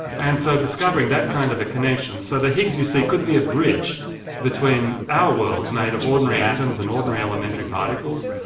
and so discovering that kind of a connection. so the higgs you see could be a bridge between our world made of ordinary atoms and ordinary elementary particles,